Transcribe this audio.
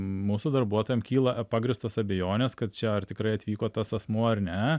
mūsų darbuotojam kyla pagrįstos abejonės kad čia ar tikrai atvyko tas asmuo ar ne